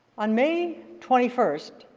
on may twenty first,